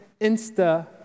Insta